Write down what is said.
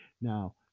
now